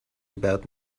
about